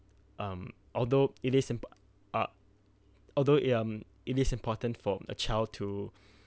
um although it is simple ah although um it is important for the child to